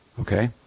Okay